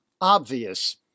obvious